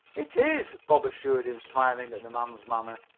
it is, bob assured him, smiling at the man's manner.